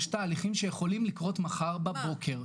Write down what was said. יש תהליכים שיכולים לקרות מחר בבוקר.